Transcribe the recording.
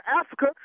Africa